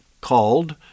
called